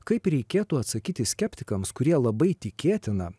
kaip reikėtų atsakyti skeptikams kurie labai tikėtina